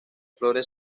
flores